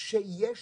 שיש